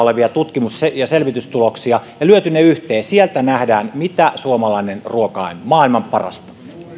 tutkimus ja selvitystuloksia ja lyöty ne yhteen sieltä nähdään mitä suomalainen ruoka on maailman parasta